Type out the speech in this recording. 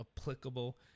applicable